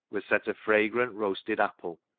was set a fragrant roasted apple,